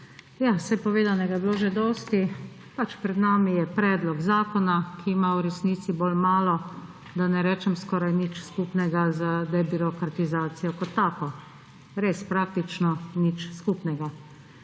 Povedanega je bilo že dosti, pač, pred nami je predlog zakona, ki ima v resnici bolj malo, da ne rečem, skoraj nič skupnega z debirokratizacijo kot tako. Res, praktično nič skupnega.